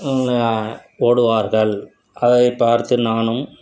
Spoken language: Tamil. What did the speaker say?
ஓடுவார்கள் அதைப் பார்த்து நானும்